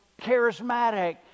charismatic